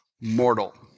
mortal